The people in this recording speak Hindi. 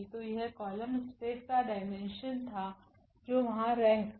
तो यह कॉलम स्पेस का डाईमेन्शन था जो वहां रैंक था